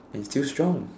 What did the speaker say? and he's still strong